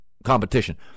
competition